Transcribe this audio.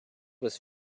was